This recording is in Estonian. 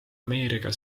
ameerika